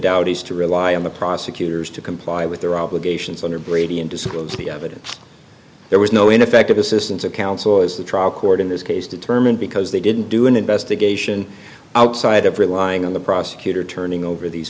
doubt as to rely on the prosecutors to comply with their obligations under brady and disclose the evidence there was no ineffective assistance of counsel as the trial court in this case determined because they didn't do an investigation outside of relying on the prosecutor turning over these